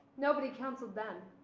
nobody counseled them.